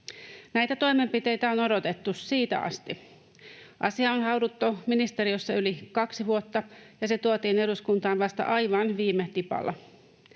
Näitä toimenpiteitä on odotettu siitä asti. Asiaa on haudottu ministeriössä yli kaksi vuotta, ja se tuotiin eduskuntaan vasta aivan viime tipalla.